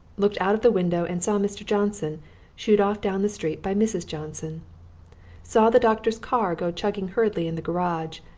looked out of the window and saw mr. johnson shooed off down the street by mrs. johnson saw the doctor's car go chugging hurriedly in the garage,